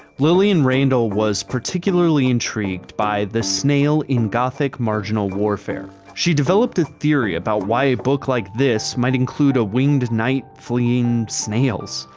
lillian randall was particularly intrigued by the snail in gothic marginal warfare. she developed a theory about why a book like this might include a winged knight fleeing snails.